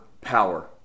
power